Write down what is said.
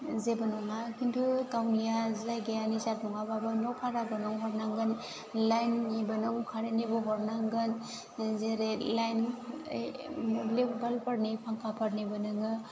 जेबो नङा खिन्थु गावनिया जायगाया निजा नङाबाबो न भाराबो नों हरनांगोन लाइननिबो नों कारेननिबो हरनांगोन जेरै लाइन मोब्लिब बाल्पफोरनि फांखाफोरनिबो नोङो